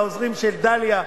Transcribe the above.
לעוזרים של דליה,